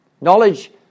Knowledge